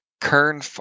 Kern